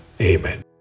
Amen